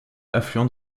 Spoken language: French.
affluent